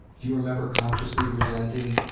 do you remember consciously resenting